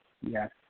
Yes